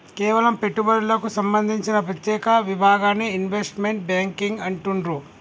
కేవలం పెట్టుబడులకు సంబంధించిన ప్రత్యేక విభాగాన్ని ఇన్వెస్ట్మెంట్ బ్యేంకింగ్ అంటుండ్రు